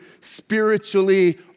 spiritually